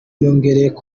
yongeyeko